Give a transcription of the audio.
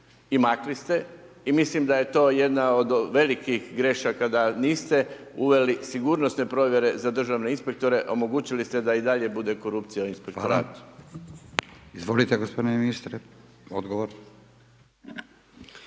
i makli ste i mislim da je to jedna od velikih grešaka da niste uveli sigurnosne provjere za državne inspektore omogućili ste da i dalje bude korupcija u inspektoratu. **Radin, Furio (Nezavisni)** Hvala. Izvolite gospodine ministre. Odgovor.